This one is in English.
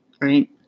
right